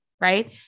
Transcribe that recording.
right